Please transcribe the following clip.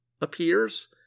appears